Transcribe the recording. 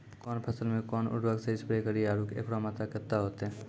कौन फसल मे कोन उर्वरक से स्प्रे करिये आरु एकरो मात्रा कत्ते होते?